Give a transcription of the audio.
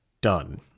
done